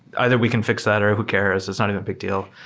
either we can fix that or who cares. it's not even a big deal.